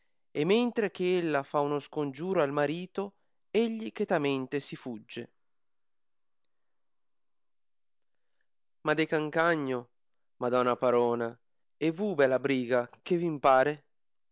e mentre che ella fa un scongiuro al marito egli chetamente si fugge ma de cancagno madona parona e vu bela briga che v in